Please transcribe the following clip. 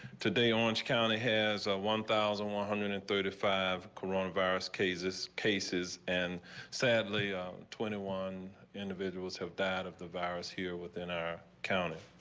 today on county has a one thousand one hundred and thirty five coronavirus cases cases and sadly, a twenty one individuals have that of the virus here within our county.